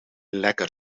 lekker